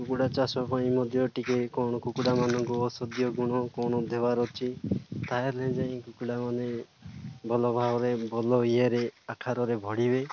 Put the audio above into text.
କୁକୁଡ଼ା ଚାଷ ପାଇଁ ମଧ୍ୟ ଟିକେ କ'ଣ କୁକୁଡ଼ା ମାନଙ୍କୁ ଔଷଧୀୟ ଗୁଣ କ'ଣ ଦେବାର ଅଛି ତା'ହେଲେ ଯାଇ କୁକୁଡ଼ା ମାନେ ଭଲ ଭାବରେ ଭଲ ଇଏରେ ଆକାରରେ ବଢ଼ିବେ